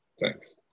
thanks